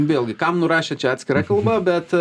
vėlgi kam nurašė čia atskira kalba bet